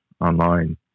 online